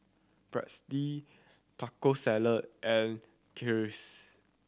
Pretzel Taco Salad and Kheers